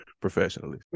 professionally